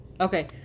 Okay